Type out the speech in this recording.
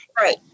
right